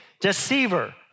Deceiver